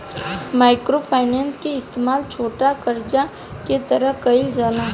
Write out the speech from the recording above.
micro finance के इस्तमाल छोटा करजा के तरह कईल जाला